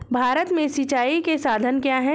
भारत में सिंचाई के साधन क्या है?